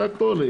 זה הכל.